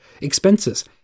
expenses